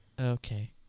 Okay